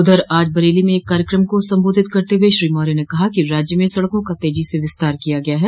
उधर आज बरेली में एक कार्यक्रम को संबोधित करते हुए श्री मौर्य ने कहा है कि राज्य में सड़कों का तेजी से विस्तार किया गया है